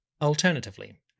Alternatively